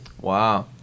Wow